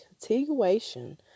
continuation